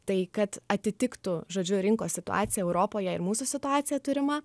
tai kad atitiktų žodžiu rinkos situaciją europoje ir mūsų situaciją turimą